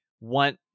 want